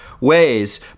ways